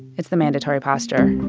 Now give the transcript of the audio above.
it's the mandatory posture.